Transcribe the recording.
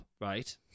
right